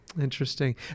Interesting